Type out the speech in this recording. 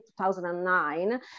2009